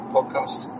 Podcast